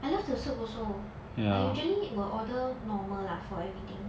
I love the soup also I usually will order normal lah for everything